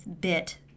bit